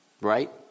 Right